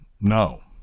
no